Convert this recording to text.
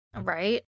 Right